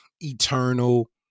eternal